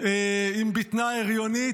עם בטנה ההריונית.